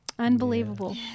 Unbelievable